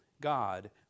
God